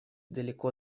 далеко